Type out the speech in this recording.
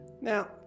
Now